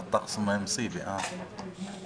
לאחר תקופת אבטלה ממושכת בשל התפרצות נגיף הקורונה.